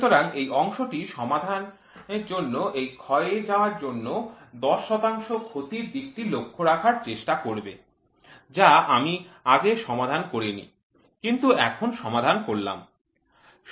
সুতরাং এই অংশটি সমস্যার মধ্যে এই ক্ষয়ের জন্য ১০ শতাংশ ক্ষতির দিকটি লক্ষ্য রাখার চেষ্টা করবে যা আমি আগে সমাধান করিনি কিন্তু এখন সমাধান করলাম